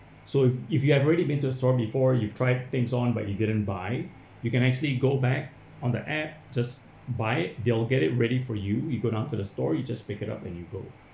so if if you have already been to the store before you've tried things on but you didn't buy you can actually go back on the app just buy it they'll get it ready for you you go to the store you just pick it up and you go